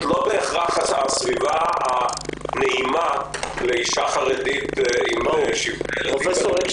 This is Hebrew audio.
לא בהכרח הסביבה הנעימה לאישה חרדית אימא לשבעה ילדים.